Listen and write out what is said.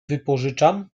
wypożyczam